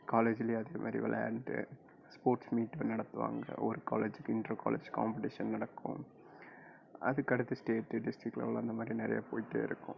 காலேஜ்லேயும் அதேமாதிரி விளையாண்டு ஸ்போர்ட்ஸ் மீட் நடத்துவாங்க ஒரு காலேஜ்க்கு இன்ட்ரோ காலேஜ் காம்படீஷன் நடக்கும் அதுக்கடுத்து ஸ்டேட்டு டிஸ்ட்ரிக்ட் லெவல் அந்த மாதிரி நிறைய போய்ட்டு இருக்கும்